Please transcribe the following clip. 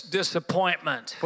disappointment